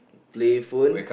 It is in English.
play phone